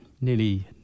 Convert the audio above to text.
nearly